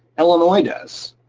illinois does.